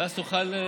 ואז תוכל,